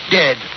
dead